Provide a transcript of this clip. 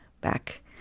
back